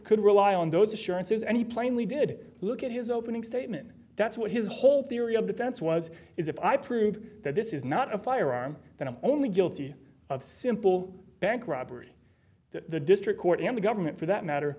could rely on those assurances and he plainly did look at his opening statement that's what his whole theory of defense was is if i prove that this is not a firearm that i'm only guilty he of simple bank robbery the district court and the government for that matter